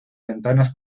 ventanas